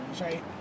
right